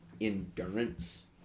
endurance